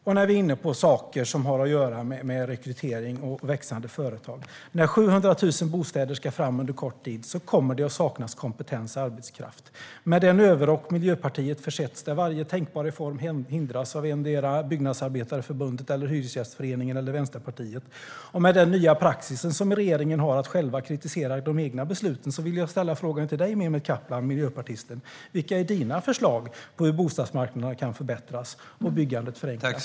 När jag är inne på saker som har att göra med rekrytering och växande företag vill jag säga att när 700 000 bostäder ska tas fram under kort tid kommer det att saknas kompetent arbetskraft. Med den överrock som Miljöpartiet försetts med, där varje tänkbar reform hindras av endera Byggnadsarbetareförbundet, Hyresgästföreningen eller Vänsterpartiet, och med den nya praxis som regeringen har att själv kritisera de egna besluten vill jag ställa frågan till dig, miljöpartisten Mehmet Kaplan: Vilka är dina förslag på hur bostadsmarknaden kan förbättras och byggandet förenklas?